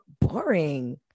boring